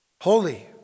holy